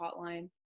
hotline